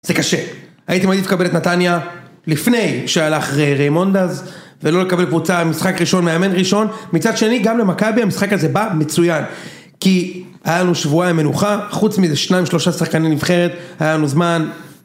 זה קשה, הייתי מעדיף לקבל את נתניה לפני שהלך ריימונד אז ולא לקבל קבוצה משחק ראשון מאמן ראשון מצד שני גם למכבי המשחק הזה בא מצוין כי היה לנו שבועיים מנוחה חוץ מזה שניים שלושה שחקנים נבחרת היה לנו זמן